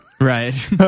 right